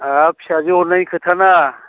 आंहा फिसाजो हरनायनि खोथा ना